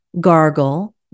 gargle